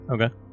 Okay